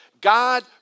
God